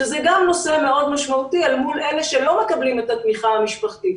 שזה גם נושא משמעותי מאוד אל מול אלה שלא מקבלים תמיכה משפחתית.